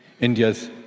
India's